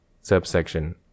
Subsection